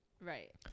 Right